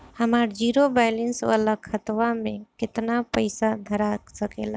हमार zero balance वाला खतवा म केतना पईसा धरा सकेला?